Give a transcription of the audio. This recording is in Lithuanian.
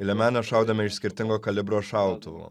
į liemenes šaudėme iš skirtingo kalibro šautuvų